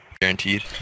guaranteed